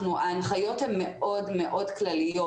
ההנחיות הן מאוד מאוד כלליות,